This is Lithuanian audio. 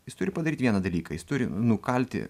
jis turi padaryt vieną dalyką jis turi nukalti